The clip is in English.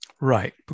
Right